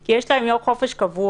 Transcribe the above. כי יש להם יום חופש קבוע,